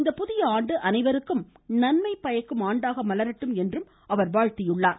இந்த புதிய ஆண்டு அனைவருக்கும் நன்மை பயக்கும் ஆண்டாக மலரட்டும் என்று வாழ்த்தியுள்ளார்